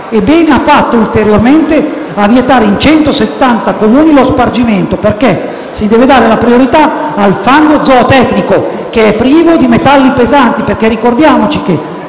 e bene ha fatto, ulteriormente, a vietare in 170 Comuni lo spargimento, perché si deve dare la priorità al fango zootecnico, che è privo di metalli pesanti. Chi viene a dirci che